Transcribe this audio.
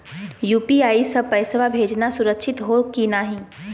UPI स पैसवा भेजना सुरक्षित हो की नाहीं?